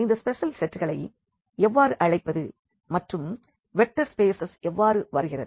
இந்த ஸ்பெஷல் செட்டுகளை எவ்வாறு அழைப்பது மற்றும் வெக்டர் ஸ்பேசஸ் எவ்வாறு வருகிறது